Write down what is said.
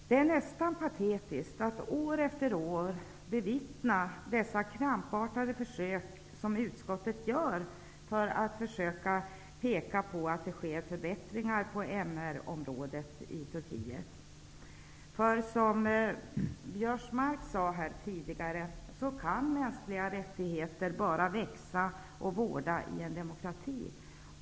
Det är nästan patetiskt att år efter år bevittna de krampartade försök som utskottet gör för att visa på att det sker förbättringar på MR-området i Turkiet. Som Biörsmark sade här tidigare kan mänskliga rättigheter växa och vårdas bara i en demokrati.